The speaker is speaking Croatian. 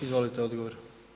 Izvolite odgovor.